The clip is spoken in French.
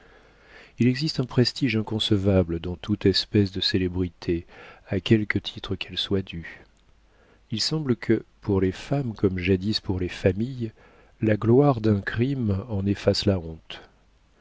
il existe un prestige inconcevable dans toute espèce de célébrité à quelque titre qu'elle soit due il semble que pour les femmes comme jadis pour les familles la gloire d'un crime en efface la honte